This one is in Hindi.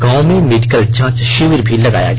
गांवों में मेडिकल जाँच शिविर भी लगाया गया